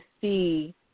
see